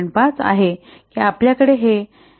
5 आहे की आपल्याकडे हे 1 बाय 400 आहे